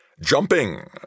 Jumping